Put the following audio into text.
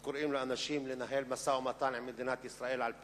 הם קוראים לאנשים לנהל משא-ומתן עם מדינת ישראל על פיצויים.